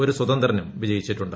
ഒരു സ്വതന്ത്രനും വിജയിച്ചിട്ടുണ്ട്